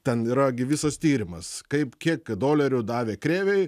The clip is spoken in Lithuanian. ten yra gi visas tyrimas kaip kiek dolerių davė krėvei